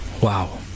Wow